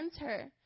enter